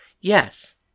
yes